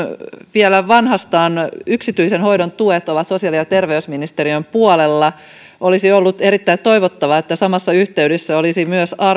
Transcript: vielä vanhastaan yksityisen hoidon tuet ovat sosiaali ja terveysministeriön puolella olisi ollut erittäin toivottavaa että samassa yhteydessä olisi myös